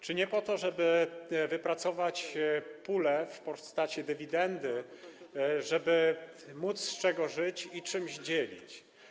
Czy nie po to, żeby wypracować pulę w postaci dywidendy, żeby mieć z czegoś żyć i móc czymś dzielić?